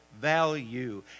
value